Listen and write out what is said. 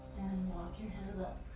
walk your hands up.